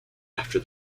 after